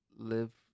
live